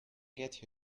get